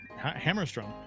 Hammerstrom